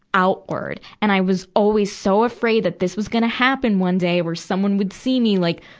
outward. and i was always so afraid that this was gonna happen one day, where someone would see me, like,